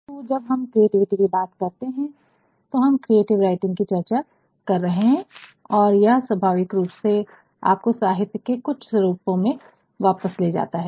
परंतु जब हम क्रिएटिविटी की बात करते हैं तो हम क्रिएटिव राइटिंग की चर्चा कर रहे हैं और यह स्वभाविक रूप से आपको साहित्य के कुछ स्वरूपों में वापस ले जाता है